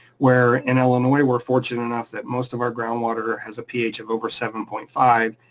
where in illinois we're fortunate enough that most of our groundwater has a ph of over seven point five,